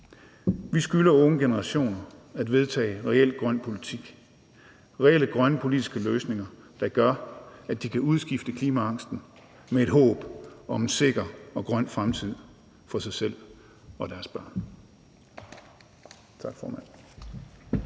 Vi skylder unge generationer at vedtage reel grøn politik og reelle grønne politiske løsninger, der gør, at de kan udskifte klimaangsten med et håb om en sikker og grøn fremtid for sig selv og deres børn.